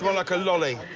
like a lolli.